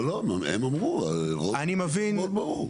לא, הם אמרו באופן מאוד ברור.